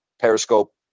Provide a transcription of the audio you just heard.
periscope